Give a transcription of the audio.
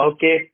Okay